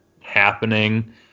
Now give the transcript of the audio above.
happening